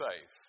safe